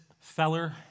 feller